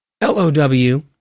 L-O-W